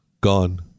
gone